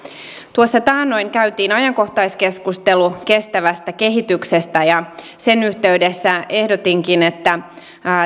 tuossa taannoin käytiin ajankohtaiskeskustelu kestävästä kehityksestä ja sen yhteydessä ehdotinkin että